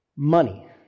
Money